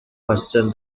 questioned